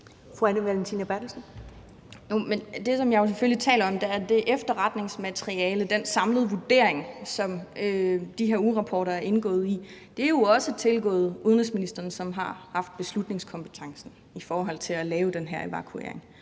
Anne Valentina Berthelsen (SF): Jo, men det, som jeg jo selvfølgelig taler om, er, at det er efterretningsmaterialet, den samlede vurdering, som de her ugerapporter er indgået i. Det er jo også tilgået udenrigsministeren, som har haft beslutningskompetencen i forhold til at lave den her evakuering,